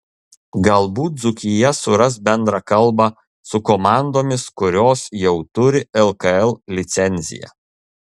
galbūt dzūkija suras bendrą kalbą su komandomis kurios jau turi lkl licenciją